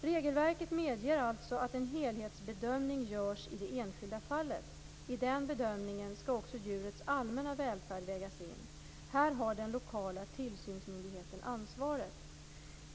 Regelverket medger alltså att en helhetsbedömning görs i det enskilda fallet. I den bedömningen skall också djurets allmänna välfärd vägas in. Här har den lokala tillsynsmyndigheten ansvaret.